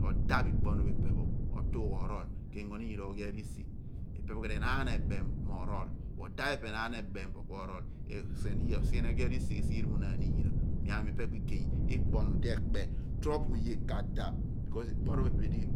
Odaph ikpo ohnu pho ipe pho, k'ingo ni iyaar oghiar isighi ipe ku edi enaan ebem mo orol, ku odaph ipe enaan ebem bo ku orol kesigheni oghirish iiruoonaan iyara ipepho ku ido ikpo ohnu di ekpe di oye k'adaph. Ipe ikpo ohnu di oye